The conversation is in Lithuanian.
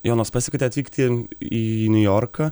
jonas pasikvietė atvykti į niujorką